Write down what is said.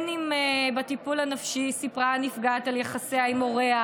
אם בטיפול הנפשי סיפרה הנפגעת על יחסיה עם הוריה,